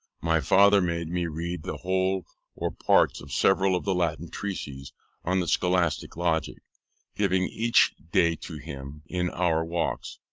my father made me read the whole or parts of several of the latin treatises on the scholastic logic giving each day to him, in our walks,